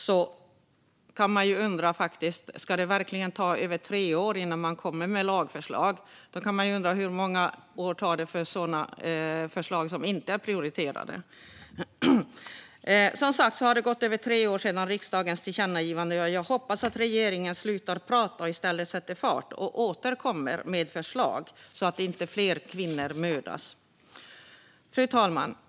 Då kan man ju undra om det verkligen ska ta över tre år innan regeringen kommer med lagförslag. Hur många år tar det i så fall för sådana förslag som inte är prioriterade? Det har som sagt gått över tre år sedan riksdagens tillkännagivande, och jag hoppas att regeringen slutar prata och i stället sätter fart och återkommer med lagförslag snart, så att inte fler kvinnor mördas. Fru talman!